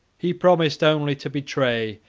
he promised only to betray,